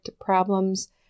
problems